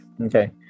Okay